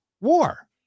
war